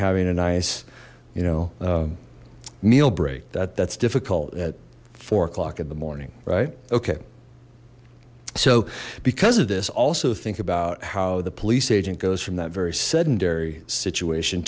having a nice you know meal break that that's difficult at four o'clock in the morning right okay so because of this also think about how the police agent goes from that very sedentary situation